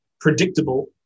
predictable